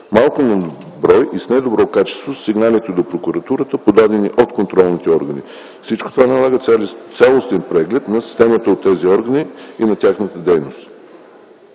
Малко на брой и с недобро качество са сигналите до прокуратурата, подадени от контролните органи. Всичко това налага цялостен преглед на системата от тези органи и на тяхната дейност.